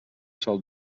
sol